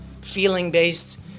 feeling-based